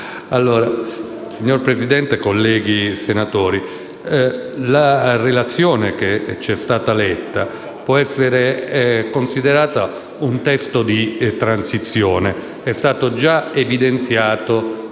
Signor Presidente, colleghi senatori, la relazione al nostro esame può essere considerata un testo di transizione, come è stato già evidenziato